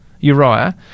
Uriah